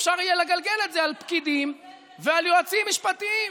אפשר יהיה לגלגל את זה על פקידים ועל יועצים משפטיים.